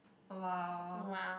a while